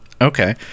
Okay